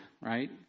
Right